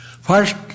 First